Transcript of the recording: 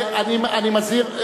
אני מזהיר.